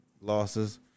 losses